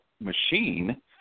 machine